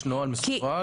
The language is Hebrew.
יש נוהל מסווג.